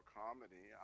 comedy